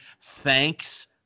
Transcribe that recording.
thanks